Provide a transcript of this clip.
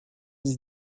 dix